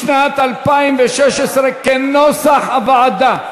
לשנת 2016, כנוסח הוועדה.